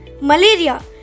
Malaria